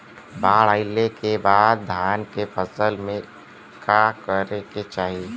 बाढ़ आइले के बाद धान के फसल में का करे के चाही?